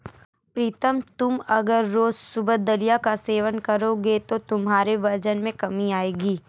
प्रीतम तुम अगर रोज सुबह दलिया का सेवन करोगे तो तुम्हारे वजन में कमी आएगी